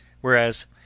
whereas